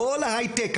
כל ההיי-טק,